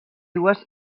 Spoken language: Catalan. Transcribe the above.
dues